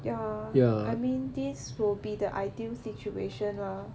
ya I mean this will be the ideal situation lah